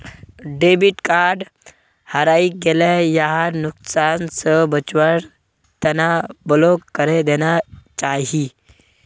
debit card हरई गेला यहार नुकसान स बचवार तना ब्लॉक करे देना चाहिए